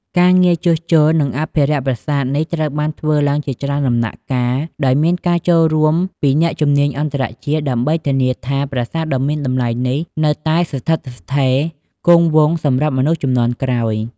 ការងារជួសជុល និងអភិរក្សប្រាសាទនេះ ត្រូវបានធ្វើឡើងជាច្រើនដំណាក់កាល ដោយមានការចូលរួមពីអ្នកជំនាញអន្តរជាតិ ដើម្បីធានាថាប្រាសាទដ៏មានតម្លៃនេះនៅស្ថិតស្ថេរគង់វង្សសម្រាប់មនុស្សជំនាន់ក្រោយ។